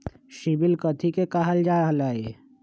CIBIL कथि के काहल जा लई?